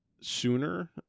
Sooner